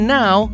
now